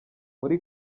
muri